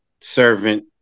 servant